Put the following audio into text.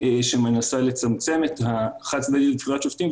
שמנסה לצמצם את החד-צדדיות בבחירת שופטים,